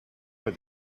what